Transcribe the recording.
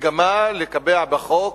מגמה לקבע בחוק,